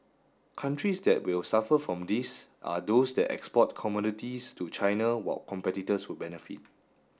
countries that will suffer from this are those that export commodities to China while competitors will benefit